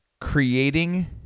creating